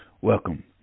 Welcome